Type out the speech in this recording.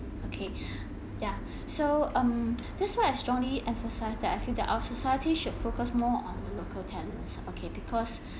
okay yeah so um that's why I strongly emphasise that I feel that our society should focus more on the local talents okay because